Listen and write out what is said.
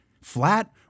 flat